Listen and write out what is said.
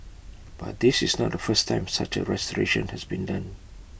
but this is not the first time such A restoration has been done